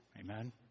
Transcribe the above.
Amen